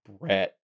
Brett